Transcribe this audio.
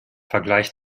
vergleich